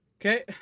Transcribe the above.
Okay